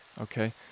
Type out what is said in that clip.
okay